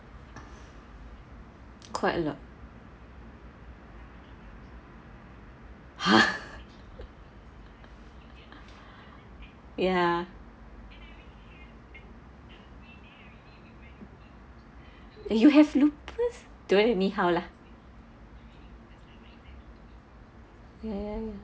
quite a lot !huh! ya you have lupus don't anyhow lah